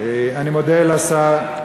אני מודה לכבוד השר,